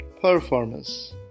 performance